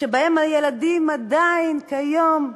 שבהן הילדים עדיין, כיום,